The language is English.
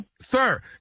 sir